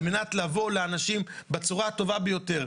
על מנת לבוא לאנשים בצורה הטובה ביותר,